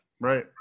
right